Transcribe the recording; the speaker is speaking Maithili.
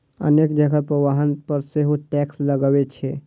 अनेक जगह पर वाहन पर सेहो टैक्स लागै छै